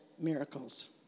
miracles